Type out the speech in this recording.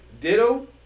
Ditto